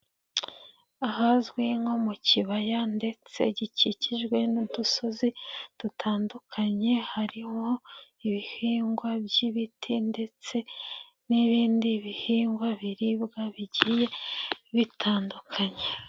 Ahazwi nko mu kibaya ndetse gikikijwe n'udusozi dutandukanye, harimo ibihingwa by'ibiti ndetse n'ibindi bihingwa biribwa bigiye bitandukanye.